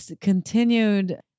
continued